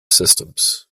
systems